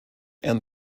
and